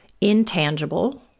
intangible